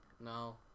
No